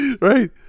right